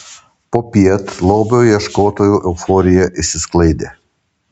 popiet lobio ieškotojų euforija išsisklaidė